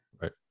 right